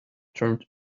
turned